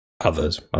others